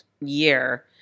year